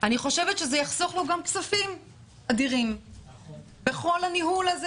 זה גם יחסוך לו כספים אדירים בכל הניהול הזה